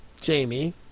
Jamie